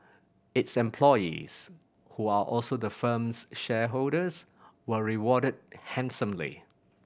its employees who are also the firm's shareholders were rewarded handsomely